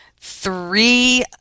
three